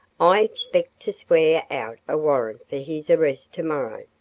i expect to swear out a warrant for his arrest tomorrow.